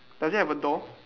does it have a door